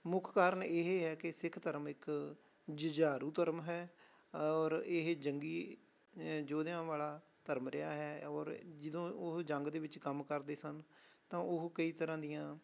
ਮੁੱਖ ਕਾਰਨ ਇਹ ਹੈ ਕਿ ਸਿੱਖ ਧਰਮ ਇੱਕ ਜੁਝਾਰੂ ਧਰਮ ਹੈ ਔਰ ਇਹ ਜੰਗੀ ਯੋਧਿਆਂ ਵਾਲਾ ਧਰਮ ਰਿਹਾ ਹੈ ਔਰ ਜਦੋਂ ਉਹ ਜੰਗ ਦੇ ਵਿੱਚ ਕੰਮ ਕਰਦੇ ਸਨ ਤਾਂ ਉਹ ਕਈ ਤਰ੍ਹਾਂ ਦੀਆਂ